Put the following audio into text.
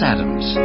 Adams